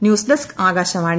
news desk ആകാശവാണ് ി